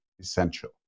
essential